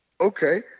Okay